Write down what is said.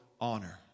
honor